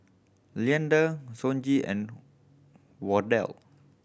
Leander Sonji and Wardell